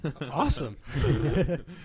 Awesome